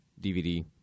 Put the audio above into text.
DVD